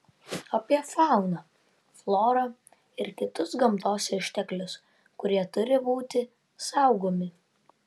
apie fauną florą ir kitus gamtos išteklius kurie turi būti saugomi